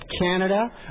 Canada